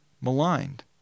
maligned